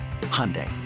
Hyundai